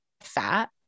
fat